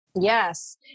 Yes